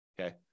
Okay